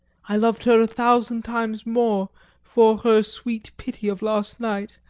i love her a thousand times more for her sweet pity of last night,